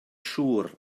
siŵr